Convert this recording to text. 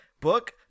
Book